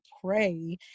pray